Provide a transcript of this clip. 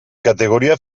categoria